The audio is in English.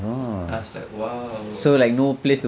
I was like !wow!